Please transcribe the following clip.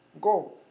go